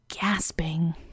gasping